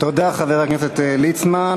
תודה, חבר הכנסת ליצמן.